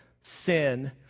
sin